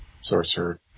Sorcerer